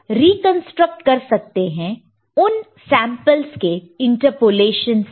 तो हम रिकंस्ट्रक्ट कर सकते हैं उन सैंपल्स के इंटरपोलेशन से